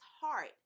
heart